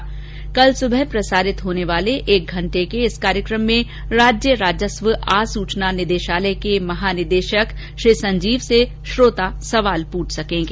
कार्यक्रम में कल सुबह प्रसारित होने वाले एक घंटे के कार्यक्रम में राज्यराजस्व आसूचना निदेशालय के महानिदेशक श्री संजीव से श्रोता सवाल पूछ सकेंगे